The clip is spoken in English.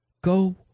Go